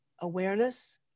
awareness